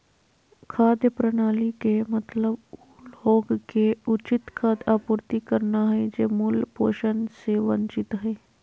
खाद्य प्रणाली के मतलब उ लोग के उचित खाद्य आपूर्ति करना हइ जे मूल पोषण से वंचित हइ